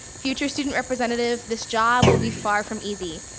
future student representative, this job will be far from easy,